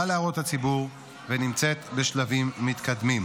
להערות הציבור ונמצאת בשלבים מתקדמים.